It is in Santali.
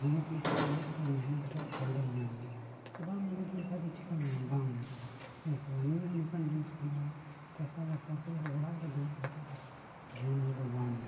ᱢᱮᱦᱱᱚᱛ ᱞᱮᱠᱷᱟᱱ ᱫᱚ ᱢᱤᱫ ᱫᱤᱱ ᱢᱮᱦᱱᱚᱛ ᱨᱮᱭᱟᱜ ᱯᱷᱚᱞ ᱫᱚᱢ ᱧᱟᱢ ᱜᱮᱭᱟ ᱟᱨ ᱵᱟᱢ ᱢᱮᱦᱱᱚᱛ ᱞᱮᱠᱷᱟᱱ ᱫᱚ ᱪᱤᱠᱟᱹᱢ ᱧᱟᱢᱟ ᱵᱟᱢ ᱧᱟᱢᱟ ᱦᱮᱸ ᱥᱮ ᱵᱟᱝ ᱱᱤᱭᱟᱹ ᱱᱚᱝᱠᱟᱱ ᱡᱤᱱᱤᱥ ᱠᱟᱱᱟ ᱵᱚᱞᱮ ᱪᱟᱥᱟ ᱵᱟᱥᱟ ᱠᱷᱚᱱ ᱫᱚ ᱚᱲᱟᱜ ᱨᱮ ᱫᱩᱲᱩᱵ ᱠᱟᱛᱮᱫ ᱫᱚ ᱡᱚᱢ ᱧᱩ ᱫᱚ ᱵᱟᱢ ᱧᱟᱢᱟ